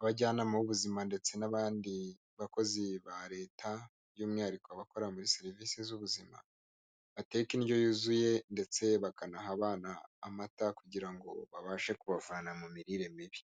abajyanama b'ubuzima ndetse n'abandi bakozi ba leta by'umwihariko abakora muri serivisi z'ubuzima bateka indyo yuzuye ndetse bakanaha abana amata kugira ngo babashe kubavana mu mirire mibi.